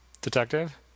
detective